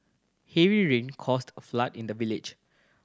heavy rain caused a flood in the village